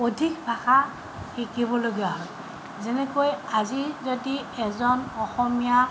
অধিক ভাষা শিকিবলগীয়া হয় যেনেকৈ আজি যদি এজন অসমীয়া